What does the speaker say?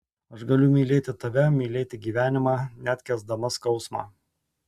aš galiu mylėti tave mylėti gyvenimą net kęsdama skausmą